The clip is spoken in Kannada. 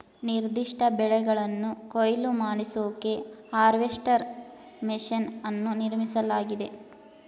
ನಿರ್ದಿಷ್ಟ ಬೆಳೆಗಳನ್ನು ಕೊಯ್ಲು ಮಾಡಿಸೋಕೆ ಹಾರ್ವೆಸ್ಟರ್ ಮೆಷಿನ್ ಅನ್ನು ನಿರ್ಮಿಸಲಾಗಿದೆ